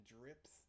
drips